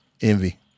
Envy